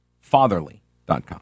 Fatherly.com